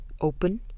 open